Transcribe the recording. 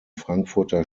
frankfurter